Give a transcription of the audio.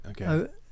okay